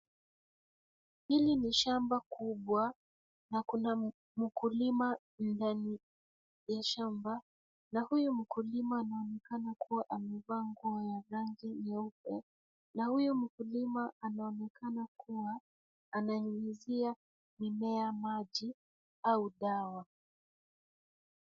Hili ni shamba kubwa na kuna mkulima ndani ya shamba na huyu mkulima anaonekana kuwa amevaa nguo ya rangi nyeupe na huyu mkulima anaonekana kuwa ananyunyizia mimea maji au dawa.